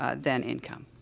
ah than income.